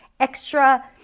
extra